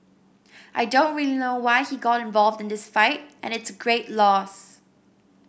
I don't really know why he got involved in this fight and it's a great loss